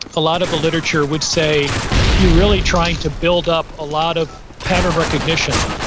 a lot of the literature would say you're really trying to build up a lot of pattern recognition,